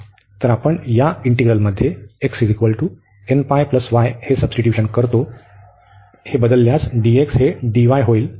तर आपण या इंटिग्रल मध्ये x nπ y हे सब्स्टीट्यूशन करतो तर त्यास बदलल्यास dx हे dy होईल